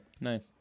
Nice